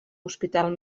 hospital